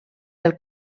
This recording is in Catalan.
del